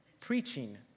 preaching